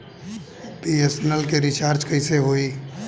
BSNL के recharge कैसे होयी?